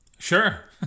Sure